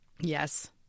Yes